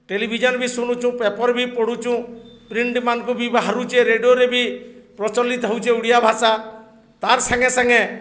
television ବି ଶୁଣୁଛୁଁ ପେପର୍ବି ପଢ଼ୁଛୁଁ ପ୍ରିଣ୍ଟ୍ମାନଙ୍କୁ ବି ବାହାରୁଛେ ରେଡ଼ିଓରେ ବି ପ୍ରଚଳିତ ହଉଛେ ଓଡ଼ିଆ ଭାଷା ତାର୍ ସାଙ୍ଗେ ସାଙ୍ଗେ